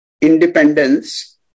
independence